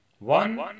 One